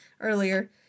earlier